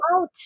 out